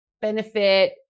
benefit